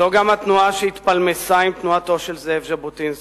זו גם התנועה שהתפלמסה עם תנועתו של זאב ז'בוטינסקי,